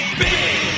big